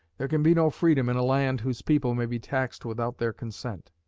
there can be no freedom in a land whose people may be taxed without their consent.